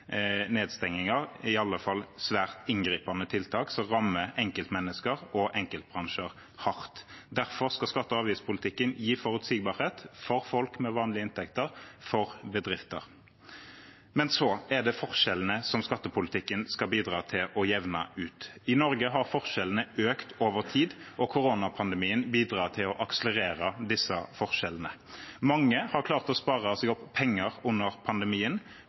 svært inngripende tiltak – som rammer enkeltmennesker og enkeltbransjer hardt. Derfor skal skatte- og avgiftspolitikken gi forutsigbarhet for folk med vanlige inntekter og for bedrifter. Skattepolitikken skal bidra til å jevne ut forskjellene. I Norge har forskjellene økt over tid, og koronapandemien bidrar til å akselerere disse forskjellene. Mange har klart å spare opp penger under pandemien